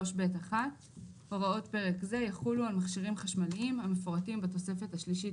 3ב1. הוראות פרק זה יחולו על מכשירים חשמליים המפורטים בתוספת השלישית